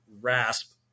rasp